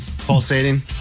Pulsating